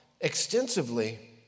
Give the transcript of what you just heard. extensively